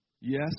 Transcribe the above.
Yes